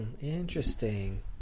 Interesting